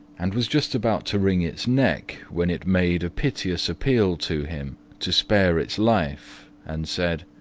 and was just about to wring its neck when it made a piteous appeal to him to spare its life and said,